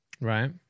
Right